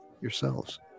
yourselves